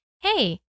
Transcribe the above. hey